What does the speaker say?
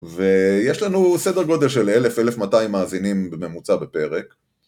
ויש לנו סדר גודל של 1000-1200 מאזינים בממוצע בפרק